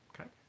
okay